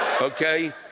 Okay